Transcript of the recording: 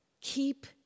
Keep